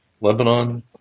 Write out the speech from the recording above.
Lebanon